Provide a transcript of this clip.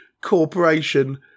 corporation